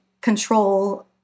control